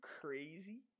crazy